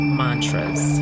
mantras